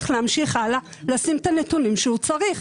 להמשיך הלאה לשים את הנתונים שהוא צריך?